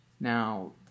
Now